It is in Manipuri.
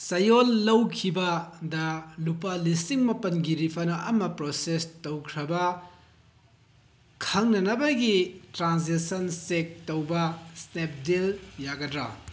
ꯆꯌꯣꯜ ꯂꯧꯈꯤꯕꯗ ꯂꯨꯄꯥ ꯂꯤꯁꯤꯡ ꯃꯥꯄꯟꯒꯤ ꯔꯤꯐꯟ ꯑꯃ ꯄ꯭ꯔꯣꯁꯦꯁ ꯇꯧꯈ꯭ꯔꯕ꯭ꯔꯥ ꯈꯪꯅꯅꯕꯒꯤ ꯇ꯭ꯔꯥꯟꯖꯦꯛꯁꯟ ꯆꯦꯛ ꯇꯧꯕ ꯏꯁꯅꯦꯞꯗꯤꯜ ꯌꯥꯒꯗ꯭ꯔꯥ